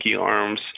arms